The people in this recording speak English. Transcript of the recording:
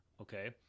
okay